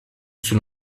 sous